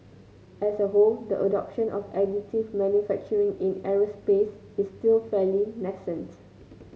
as a whole the adoption of additive manufacturing in aerospace is still fairly nascent